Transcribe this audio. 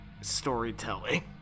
storytelling